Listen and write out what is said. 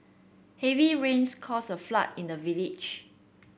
heavy rains caused a flood in the village